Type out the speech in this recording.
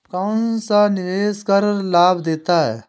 कौनसा निवेश कर लाभ देता है?